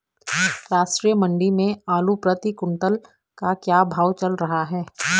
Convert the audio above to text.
राष्ट्रीय मंडी में आलू प्रति कुन्तल का क्या भाव चल रहा है?